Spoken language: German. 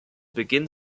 beginn